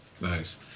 Nice